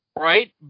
right